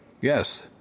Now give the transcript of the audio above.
Yes